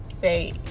say